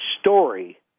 story